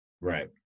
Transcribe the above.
right